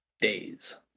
days